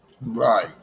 Right